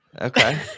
Okay